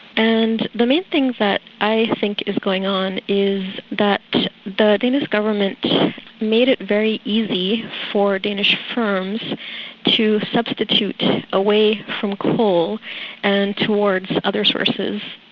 and the main thing that i think is going on is that the danish government made it very easy easy for danish firms to substitute away from coal and towards other sources.